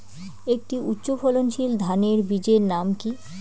একটি উচ্চ ফলনশীল ধানের বীজের নাম কী?